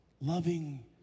loving